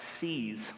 sees